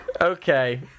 Okay